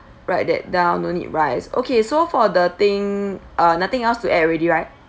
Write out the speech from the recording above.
write that down don't need rice okay so for the thing uh nothing else to add already right